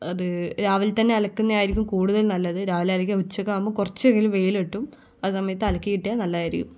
അത് രാവിലെ തന്നെ അലക്കുന്നതാരിക്കും കൂടുതൽ നല്ലത് രാവിലെ അലക്കിയാൽ ഉച്ചയൊക്കെയാകുമ്പോൾ കുറച്ച് വെയിൽ കിട്ടും ആ സമയത്ത് അലക്കി ഇട്ടാൽ നല്ലതായിരിക്കും